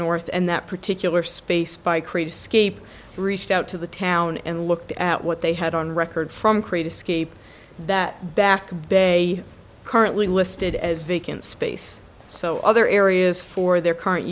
north and that particular space by creative scape reached out to the town and looked at what they had on record from creative ski that back bay currently listed as vacant space so other areas for their current